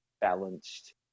balanced